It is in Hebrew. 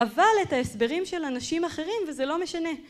אבל את ההסברים של אנשים אחרים וזה לא משנה.